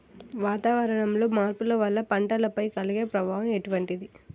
వాతావరణంలో మార్పుల వల్ల పంటలపై కలిగే ప్రభావం ఎటువంటిది?